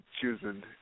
choosing